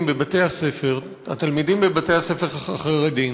החרדים בבתי-הספר, התלמידים בבתי-הספר החרדיים,